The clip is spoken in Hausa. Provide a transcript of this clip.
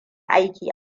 aiki